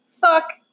Fuck